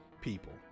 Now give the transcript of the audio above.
people